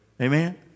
Amen